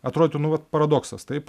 atrodytų nu vat paradoksas taip